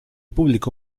público